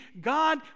God